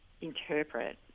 interpret